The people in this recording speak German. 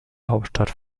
hauptstadt